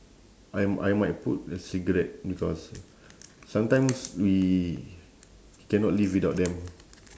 I I might put a cigarette because sometimes we cannot live without them